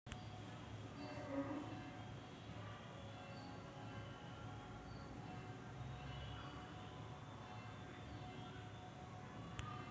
ते म्हणाले की, फियाट मनी सिस्टम अंतर्गत अपस्फीती नेहमीच प्रतिवर्ती असते